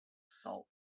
sault